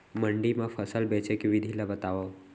मंडी मा फसल बेचे के विधि ला बतावव?